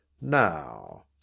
Now